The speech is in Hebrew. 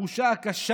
התחושה הקשה,